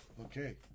Okay